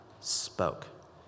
spoke